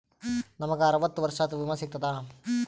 ನಮ್ ಗ ಅರವತ್ತ ವರ್ಷಾತು ವಿಮಾ ಸಿಗ್ತದಾ?